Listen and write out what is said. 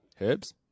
Herbs